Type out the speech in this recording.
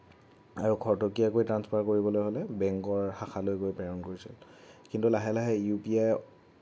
আৰু খৰতকীয়াকৈ ট্ৰান্সফাৰ কৰিবলগীয়া হ'লে বেংকৰ শাখালৈ গৈ প্ৰেৰণ কৰিছিল কিন্তু লাহে লাহে ইউ পি আই